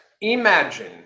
Imagine